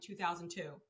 2002